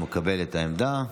ומקבל את העמדה.